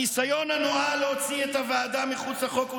הניסיון הנואל להוציא את הוועדה מחוץ לחוק הוא